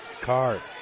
Card